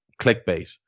clickbait